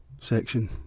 section